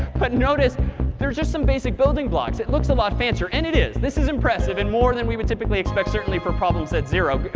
but notice there's just some basic building blocks. it looks a lot fancier, and it is. this is impressive and more than we would typically expect, certainly for problem set zero.